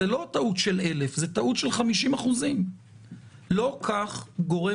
זו לא טעות של אלף זו טעות של 50%. לא כך גורם